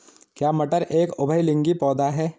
क्या मटर एक उभयलिंगी पौधा है?